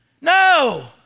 no